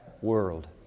world